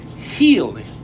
healing